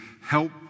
help